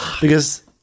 because-